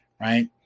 Right